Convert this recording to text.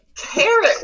Carrot